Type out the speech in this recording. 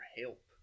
help